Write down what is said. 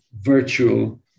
virtual